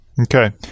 Okay